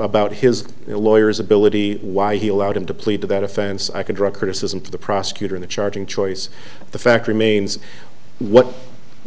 about his lawyers ability why he allowed him to plead to that offense i could draw criticism to the prosecutor in the charging choice the fact remains what